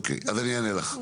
אוקיי אז אני אענה לך.